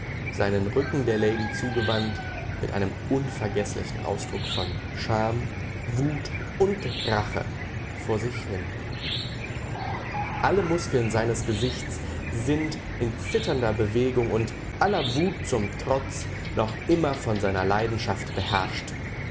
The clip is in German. seinen rücken der lady zugewandt mit einem unvergeßlichen ausdruck von scham wut und rache vor sich hin alle muskeln seines gesichts sind in zitternder bewegung und aller wut zum trotz noch immer von seiner leidenschaft beherrscht